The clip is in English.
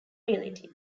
reality